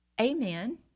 Amen